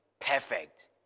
perfect